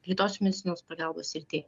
greitosios medicinos pagalbos srity